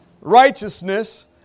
righteousness